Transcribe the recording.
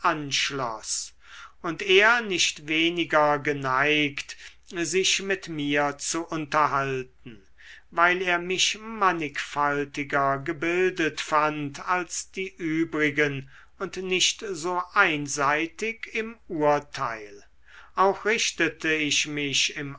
anschloß und er nicht weniger geneigt sich mit mir zu unterhalten weil er mich mannigfaltiger gebildet fand als die übrigen und nicht so einseitig im urteil auch richtete ich mich im